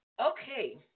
Okay